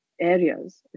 areas